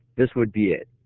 this would be it.